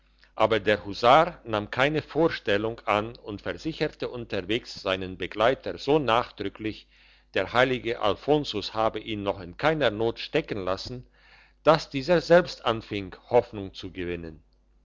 aber der husar nahm keine vorstellung an und versicherte unterwegs seinen begleiter so nachdrücklich der heilige alfonsus habe ihn noch in keiner not stecken lassen dass dieser selbst anfing hoffnung zu gewinnen